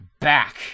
back